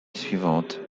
suivante